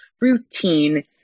routine